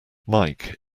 mike